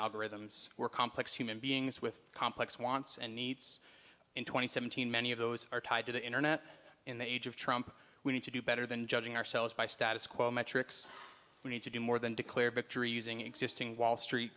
algorithms were complex human beings with complex wants and needs in twenty seventeen many of those are tied to the internet in the age of trump we need to do better than judging ourselves by status quo metrics we need to do more than declare victory using existing wall street